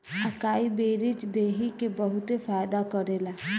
अकाई berries देहि के बहुते फायदा करेला